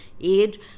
age